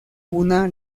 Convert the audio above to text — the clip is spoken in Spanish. una